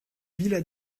villa